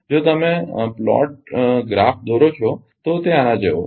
જો તમે પ્લોટદોરોગ્રાફ કરો છો તો તે આના જેવો હશે